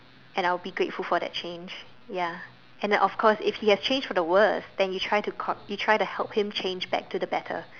and I'll be grateful for that change ya and of course if he has changed for the worst then you try to con you try to help him change back to the better